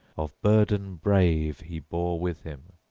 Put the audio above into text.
of burden brave he bore with him.